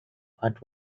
what